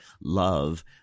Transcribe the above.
love